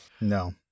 No